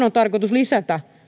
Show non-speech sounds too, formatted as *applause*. *unintelligible* on tarkoitus lisätä